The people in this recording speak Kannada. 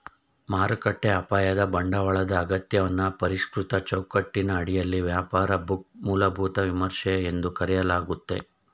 ಮಾರುಕಟ್ಟೆ ಅಪಾಯದ ಬಂಡವಾಳದ ಅಗತ್ಯವನ್ನ ಪರಿಷ್ಕೃತ ಚೌಕಟ್ಟಿನ ಅಡಿಯಲ್ಲಿ ವ್ಯಾಪಾರ ಬುಕ್ ಮೂಲಭೂತ ವಿಮರ್ಶೆ ಎಂದು ಕರೆಯಲಾಗುತ್ತೆ